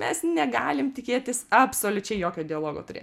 mes negalim tikėtis absoliučiai jokio dialogo turėt